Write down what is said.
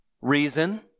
reason